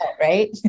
Right